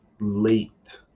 Late